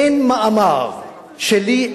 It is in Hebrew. אין מאמר שלי,